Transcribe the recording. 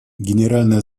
генеральная